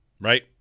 Right